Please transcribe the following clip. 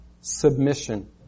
Submission